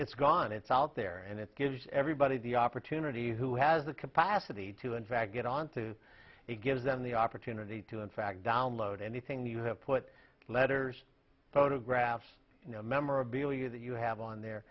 it's gone it's out there and it gives everybody the opportunity who has the capacity to and vac get onto it gives them the opportunity to in fact download anything you have put letters photographs memorabilia that you have on there